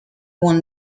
won